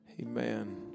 Amen